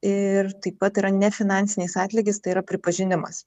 ir taip pat yra ne finansinis atlygis tai yra pripažinimas